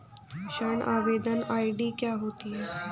ऋण आवेदन आई.डी क्या होती है?